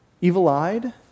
evil-eyed